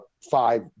five